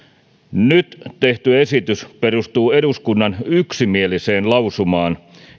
nyt tehty esitys perustuu eduskunnan yksimieliseen lausumaan